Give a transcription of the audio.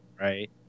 right